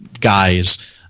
guys